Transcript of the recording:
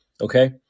Okay